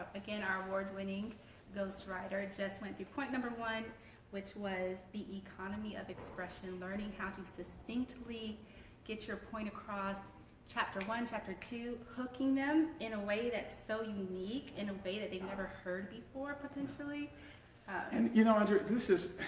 again our award-winning ghostwriter, just went through point one which was the economy of expression learning how to succinctly get your point across chapter one, chapter two hooking them in a way that's so unique, in a way that they've never heard before potentially and you know andrea, this is,